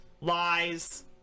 lies